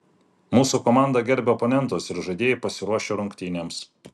mūsų komanda gerbia oponentus ir žaidėjai pasiruošę rungtynėms